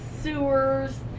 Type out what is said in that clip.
sewers